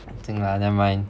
I think lah never mind